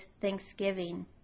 thanksgiving